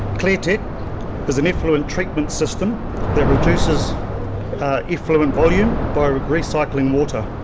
cleartech is an effluent treatment system that reduces effluent volume by recycling water,